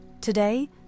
Today